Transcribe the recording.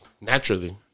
naturally